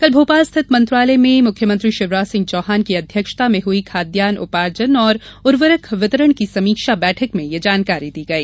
कल भोपाल स्थित मंत्रालय में मुख्यमंत्री शिवराज सिंह चौहान की अध्यक्षता में हई खाद्यान्न उपार्जन और उर्वरक वितरण की समीक्षा बैठक में यह जानकारी दी गई